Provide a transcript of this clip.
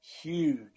huge